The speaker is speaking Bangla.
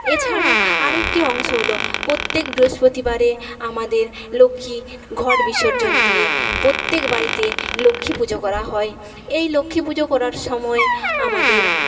এছাড়াও আরেকটি অংশ হল প্রত্যেক বৃহস্পতিবারে আমাদের লক্ষ্মীর ঘট বিসর্জন দিয়ে প্রত্যেক বাড়িতে লক্ষ্মী পুজো করা হয় এই লক্ষ্মী পুজো করার সময়ে আমাদের